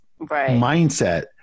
mindset